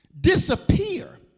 disappear